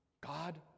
God